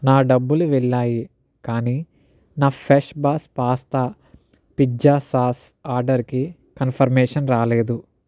నా డబ్బులు వెళ్ళాయి కానీ నా chef boss pasta pizza sauce ఆర్డర్కి కన్ఫర్మేషన్ రాలేదు